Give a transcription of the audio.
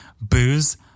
booze